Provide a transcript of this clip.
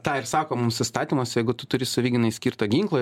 tą ir sako mums įstatymas jeigu tu turi savigynai skirtą ginklą